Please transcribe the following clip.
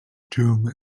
tomb